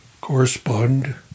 correspond